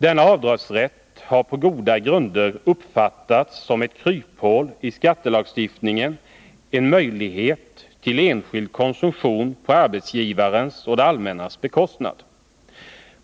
Denna avdragsrätt har på goda grunder uppfattats som ett kryphål i skattelagstiftningen, en möjlighet till enskild konsumtion på arbetsgivarens och det allmännas bekostnad.